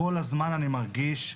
כל הזמן אני מרגיש,